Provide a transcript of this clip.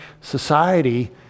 society